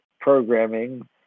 programming